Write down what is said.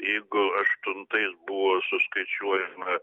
jeigu aštuntais buvo suskaičiuojama